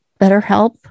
BetterHelp